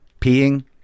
peeing